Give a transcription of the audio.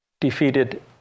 defeated